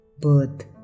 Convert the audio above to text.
birth